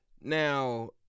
Now